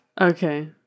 Okay